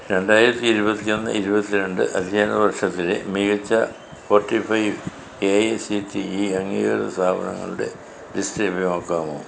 രണ്ടായിരത്തി ഇരുപത്തി ഒന്ന് രണ്ടായിരത്തി ഇരുപത്തി രണ്ട് അധ്യയന വർഷത്തിലെ മികച്ച forty five A I C T E അംഗീകൃത സ്ഥാപനങ്ങളുടെ ലിസ്റ്റ് ലഭ്യമാക്കാമോ